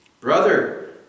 Brother